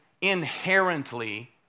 inherently